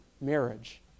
marriage